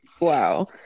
wow